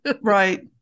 Right